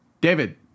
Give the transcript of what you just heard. david